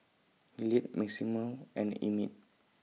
Hilliard Maximo and Emett